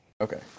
Okay